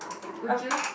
would you